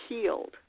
healed